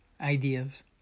ideas